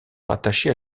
rattaché